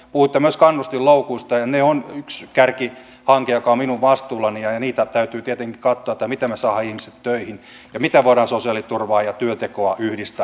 puhuitte myös kannustinloukuista ja ne ovat yksi kärkihanke joka on minun vastuullani ja täytyy tietenkin katsoa miten me saamme ihmiset töihin ja miten voidaan sosiaaliturvaa ja työntekoa yhdistää